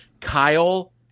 Kyle